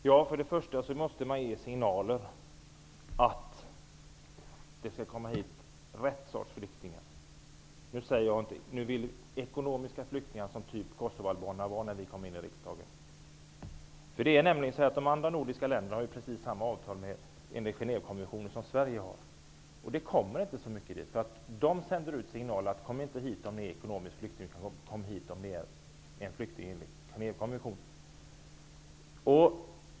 Herr talman! Först och främst måste man ge signaler att det skall komma hit rätt sorts flyktingar, inte ekonomiska flyktingar av typen kosovoalbaner, som det var när vi kom in i riksdagen. De andra nordiska länderna har precis samma avtal som Sverige har enligt Genèvekonventionen, och till dem kommer det inte så många flyktingar. De sänder ut signalen: Kom inte hit om ni är ekonomisk flykting! Kom hit om ni är flykting enligt Genèvekonventionen!